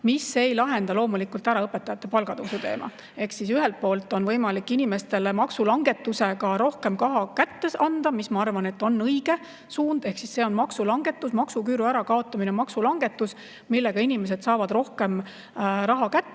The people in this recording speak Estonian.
See ei lahenda loomulikult ära õpetajate palgatõusu teemat. Ühelt poolt on võimalik inimestele maksulangetusega rohkem raha kätte anda, mis, ma arvan, on õige suund, ehk see maksuküüru ärakaotamine on maksulangetus, millega inimesed saavad rohkem raha kätte.